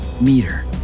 Meter